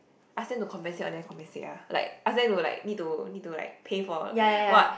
ask them to compensate or never compensate ah like ask them to like need to need to like pay for what